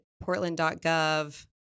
portland.gov